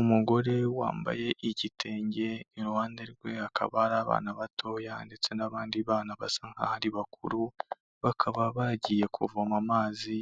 Umugore wambaye igitenge, iruhande rwe hakaba hari abana batoya ndetse n'abandi bana basa nkaho ari bakuru, bakaba bagiye kuvoma amazi,